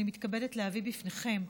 אני מתכבדת להביא בפניכם,